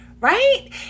right